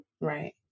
right